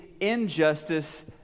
injustice